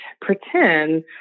pretend